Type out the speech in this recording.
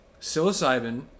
psilocybin